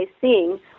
seeing